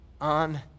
on